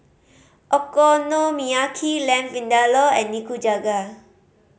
Okonomiyaki Lamb Vindaloo and Nikujaga